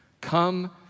Come